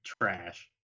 trash